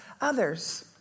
others